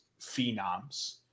phenoms